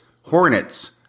Hornets